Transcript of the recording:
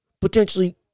potentially